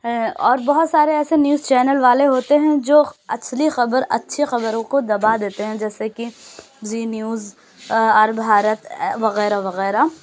اور بہت سارے ایسے نیوز چینل والے ہوتے ہیں جو ایکچولی خبر اچھی خبروں کو دبا دیتے ہیں جیسے کی زی نیوز آر بھارت وغیرہ وغیرہ